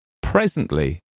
Presently